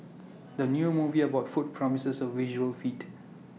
the new movie about food promises A visual feast